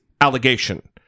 allegation